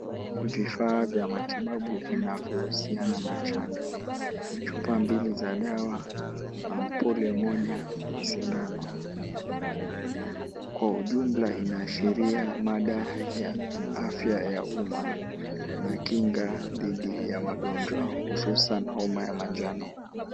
Vifaa vya matibabu vinavyohusiana na chanjo, chupa mbili za dawa, ampuli moja na sindano, kwa ujumla vinaashiria mada ya afya ya umma na kinga dhidi ya magonjwa, hususan homa ya manjano.